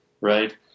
right